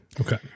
Okay